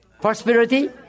Prosperity